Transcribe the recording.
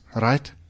right